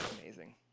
amazing